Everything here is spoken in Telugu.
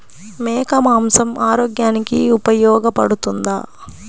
మేక మాంసం ఆరోగ్యానికి ఉపయోగపడుతుందా?